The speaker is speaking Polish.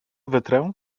wytrę